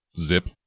Zip